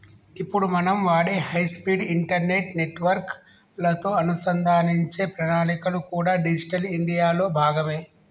ఇప్పుడు మనం వాడే హై స్పీడ్ ఇంటర్నెట్ నెట్వర్క్ లతో అనుసంధానించే ప్రణాళికలు కూడా డిజిటల్ ఇండియా లో భాగమే